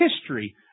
History